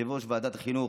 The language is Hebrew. יושב-ראש ועדת החינוך,